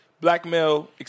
Blackmail